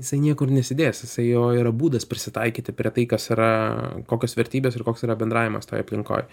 jisai niekur nesidės jisai jo yra būdas prisitaikyti prie tai kas yra kokios vertybės ir koks yra bendravimas toj aplinkoj